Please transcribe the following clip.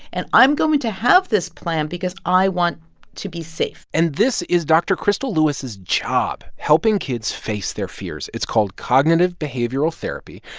and i'm going to have this plan because i want to be safe and this is dr. krystal lewis's job, helping kids face their fears. it's called cognitive behavioral therapy.